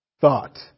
thought